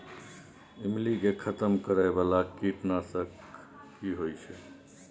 ईमली के खतम करैय बाला कीट नासक की होय छै?